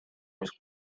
was